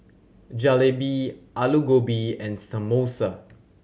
Jalebi Alu Gobi and Samosa